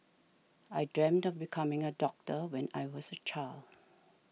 I dreamt of becoming a doctor when I was a child